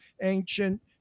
ancient